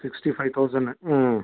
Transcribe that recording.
sixty five தௌசட்ணு ம்